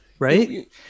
Right